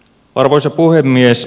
arvoisa puhemies